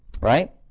right